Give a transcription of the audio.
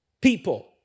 people